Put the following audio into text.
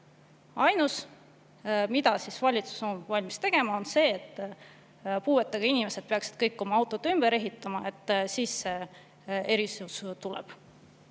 Ainus, mida valitsus on valmis tegema, on see, et puuetega inimesed peaksid kõik oma autod ümber ehitama, siis see erisus tuleb.